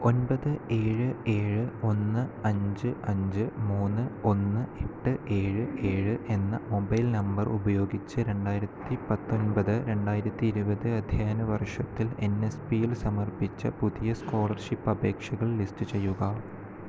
ഒൻപത് ഏഴ് ഏഴ് ഒന്ന് അഞ്ച് അഞ്ച് മൂന്ന് ഒന്ന് എട്ട് ഏഴ് ഏഴ് എന്ന മൊബൈൽ നമ്പർ ഉപയോഗിച്ച് രണ്ടായിരത്തി പത്തൊൻപത് രണ്ടായിരത്തി ഇരുപത് അധ്യായന വർഷത്തിൽ എൻ എസ് പിയിൽ സമർപ്പിച്ച പുതിയ സ്കോളർഷിപ്പ് അപേക്ഷകൾ ലിസ്റ്റ് ചെയ്യുക